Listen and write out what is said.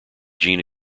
gene